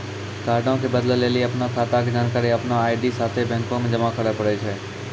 कार्डो के बदलै लेली अपनो खाता के जानकारी अपनो आई.डी साथे बैंको मे जमा करै पड़ै छै